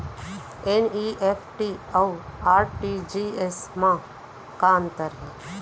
NEFT अऊ RTGS मा का अंतर हे?